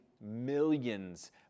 millions